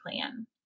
plan